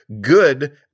good